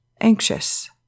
Anxious